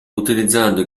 utilizzando